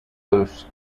boasts